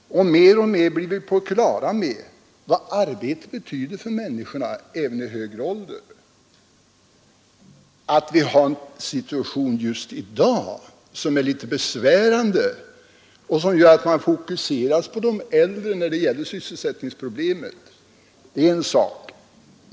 Mer och mer blir vi på det klara med vad arbetet betyder för människorna även i högre ålder. Att vi har en situation just i dag som är litet besvärande och som gör att intresset fokuseras på de äldre när det gäller sysselsättningsproblemen är en sak.